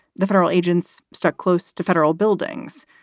the federal agents stuck close to federal buildings,